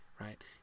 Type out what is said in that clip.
right